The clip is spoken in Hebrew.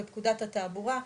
בפקודת התעבורה,